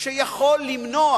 שיכול למנוע